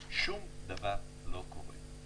שום דבר לא קורה.